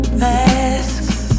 masks